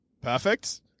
Perfect